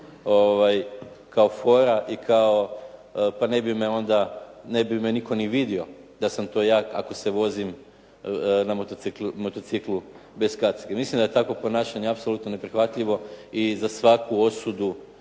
kao fora i kao pa ne bi me nitko ni vidio da sa to ja ako se vozim na motociklu bez kacige. Mislim da je takvo ponašanje apsolutno neprihvatljivo i za svaku osudu